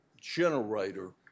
generator